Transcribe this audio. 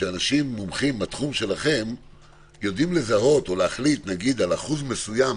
שאנשים מומחים בתחום שלכם יודעים לזהות או להחליט על אחוז מסוים.